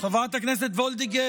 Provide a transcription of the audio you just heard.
לא שעשיתי לכם דווקא,